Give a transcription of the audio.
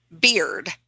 Beard